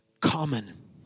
common